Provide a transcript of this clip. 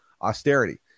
austerity